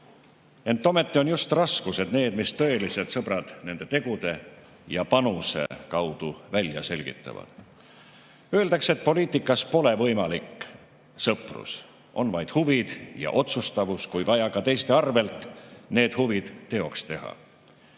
Ent ometi on just raskused need, mis tõelised sõbrad nende tegude ja panuse kaudu välja selgitavad. Öeldakse, et poliitikas pole võimalik sõprus, on vaid huvid ja otsustavus kui vaja ka teiste arvel need huvid teoks teha.